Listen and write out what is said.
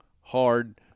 hard